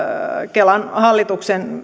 kelan hallituksen